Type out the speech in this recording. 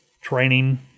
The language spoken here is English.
training